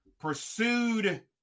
pursued